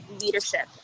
leadership